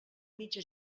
mitja